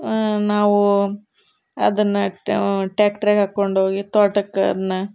ನಾವು ಅದನ್ನು ಟ್ಯಾಕ್ಟ್ರಿಗೆ ಹಾಕೊಂಡೋಗಿ ತೋಟಕ್ಕದನ್ನ